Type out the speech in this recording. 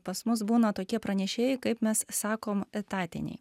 pas mus būna tokie pranešėjai kaip mes sakom etatiniai